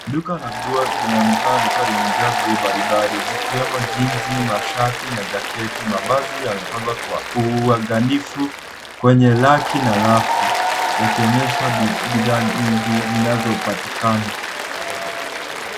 Duka la nguo linaonekana likiwa limejaa nguo mbalimbali zikiwemo jinsi, mashati na jaketi. Mavazi yamepangwa kwa uangalifu kwenye raki na rafu yakionyesha bidhaa nyingi zinazopatikana.